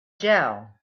gel